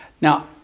Now